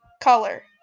Color